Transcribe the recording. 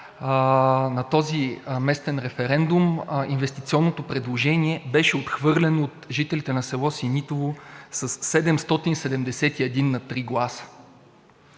На този местен референдум инвестиционното предложение беше отхвърлено от жителите на село Синитово със 771 на 3 гласа.